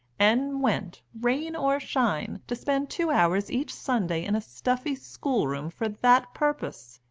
and went, rain or shine, to spend two hours each sunday in a stuffy school room for that purpose.